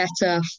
better